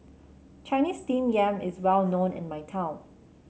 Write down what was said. Chinese Steamed Yam is well known in my town